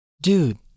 Dude